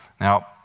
Now